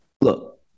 Look